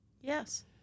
Yes